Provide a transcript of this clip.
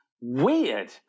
weird